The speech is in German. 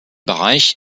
bereich